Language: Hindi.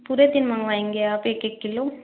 पूरे दिन मंगवाएंगे आप एक एक किलो